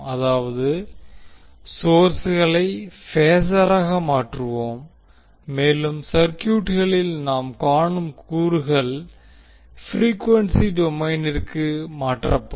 அதாவது சோர்ஸ்களை பேஸராக மாற்றுவோம் மேலும் சர்குயூட்களில் நாம் காணும் கூறுகள் ப்ரீக்வென்சி டொமைனிற்கு மாற்றப்படும்